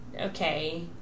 Okay